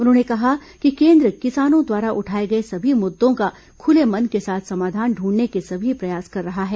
उन्होंने कहा कि केन्द्र किसानों द्वारा उठाए गये सभी मुद्दों का खुले मन के साथ समाधान ढूंढने के सभी प्रयास कर रहा है